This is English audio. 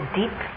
deep